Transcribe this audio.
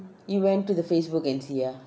you went to the facebook and see ah